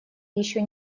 еще